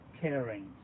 caring